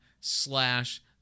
slash